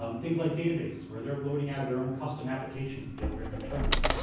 um things like databases, where they're loading out of their own custom applications that they've written internally.